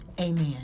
Amen